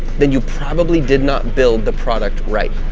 then you probably did not build the product right.